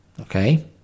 okay